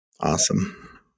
Awesome